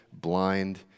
blind